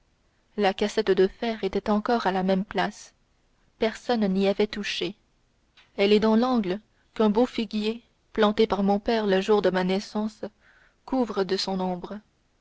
la cassette de fer était encore à la même place personne n'y avait touché elle est dans l'angle qu'un beau figuier planté par mon père le jour de ma naissance couvre de son ombre